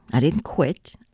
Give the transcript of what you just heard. i didn't quit.